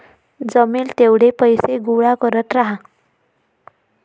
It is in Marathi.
जमेल तेवढे पैसे गोळा करत राहा